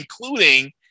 including